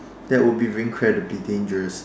that would be incredibly dangerous